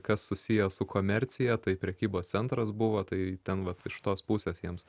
kas susiję su komercija tai prekybos centras buvo tai ten vat iš tos pusės jiems